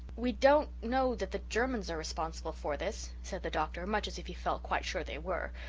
we don't know that the germans are responsible for this, said the doctor much as if he felt quite sure they were.